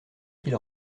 qu’il